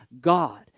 god